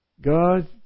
God